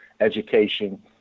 education